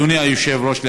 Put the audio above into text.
אדוני היושב-ראש,